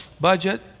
budget